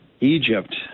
Egypt